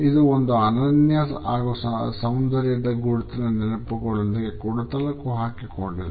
ಇದು ಒಂದು ಅನನ್ಯ ಹಾಗೂ ಸೌಂದರ್ಯದ ಗುರುತಿನ ನೆನಪುಗಳೊಂದಿಗೆ ಕೂಡ ತಳಕು ಹಾಕಿಕೊಂಡಿದೆ